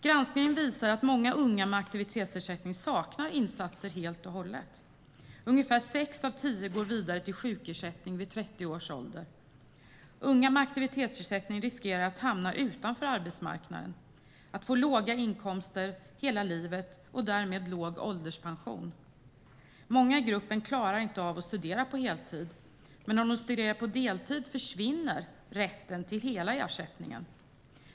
Granskningen visar att många unga med aktivitetsersättning saknar insatser helt och hållet. Ungefär sex av tio går vidare till sjukersättning vid 30 års ålder. Unga med aktivitetsersättning riskerar att hamna utanför arbetsmarknaden och att få låga inkomster hela livet, och därmed låg ålderspension. Många i gruppen klarar inte av att studera på heltid, men om de studerar på deltid försvinner rätten till hela ersättningen.